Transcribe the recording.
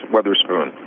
Weatherspoon